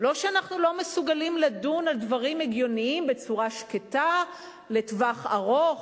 לא שאנחנו לא מסוגלים לדון על דברים הגיוניים בצורה שקטה לטווח ארוך,